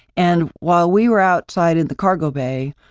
and while we were outside in the cargo bay,